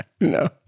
no